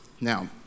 Now